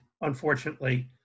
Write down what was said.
unfortunately